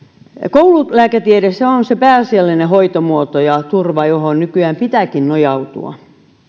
koululääketiede on se pääasiallinen hoitomuoto ja turva johon nykyään pitääkin nojautua